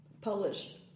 Polish